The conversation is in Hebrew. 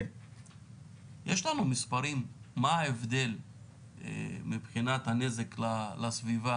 יש לנו מספרים מה ההבדל מבחינת הנזק לסביבה